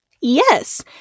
Yes